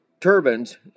turbines